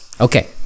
Okay